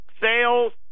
sales